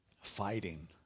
fighting